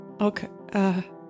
Okay